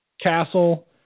Castle